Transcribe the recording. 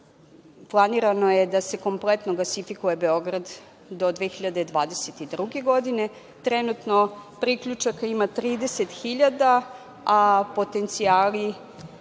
Planirano je da se kompletno gasifikuje Beograd do 2022. godine. Trenutno priključaka ima 30 hiljada, a potencijali